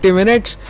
minutes